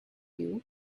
you